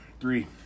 Three